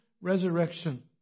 resurrection